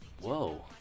whoa